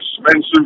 expensive